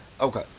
Okay